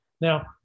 Now